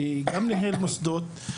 שגם ניהל מוסדות,